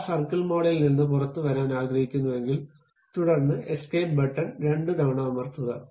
ആ സർക്കിൾ മോഡിൽ നിന്ന് പുറത്തുവരാൻ ആഗ്രഹിക്കുന്നെങ്കിൽ തുടർന്ന് എസ്കേപ്പ് ബട്ടൺ രണ്ടുതവണ അമർത്തുക